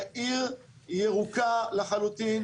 לעיר ירוקה לחלוטין,